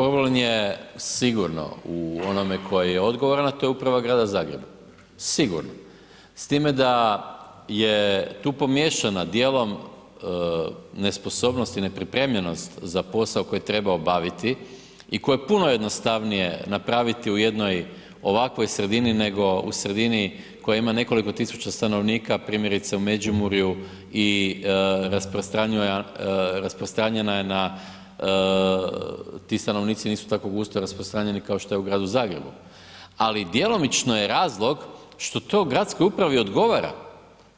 Problem je sigurno u onome tko je odgovoran, a to je uprava Grada Zagreba, sigurno, s time da je tu pomiješana dijelom nesposobnost i nepripremljenost za posao koji treba obaviti i koji je puno jednostavnije napraviti u jednoj ovakvoj sredini nego u sredini koja ima nekoliko tisuća stanovnika, primjerice u Međimurju i rasprostranjena je na, ti stanovnici nisu tako gusto rasprostranjeni kao što je u Gradu Zagrebu, ali djelomično je razlog što to gradskoj upravi odgovara,